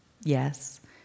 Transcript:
yes